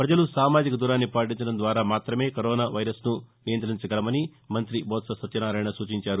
పజలు సామాజిక దూరాన్ని పాటించడం ద్వారా మాతమే కరోనా వైరస్ను నియంతించగలమని మంత్రి బొత్స సత్యనారాయణ సూచించారు